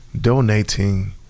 Donating